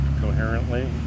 coherently